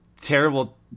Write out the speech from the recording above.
terrible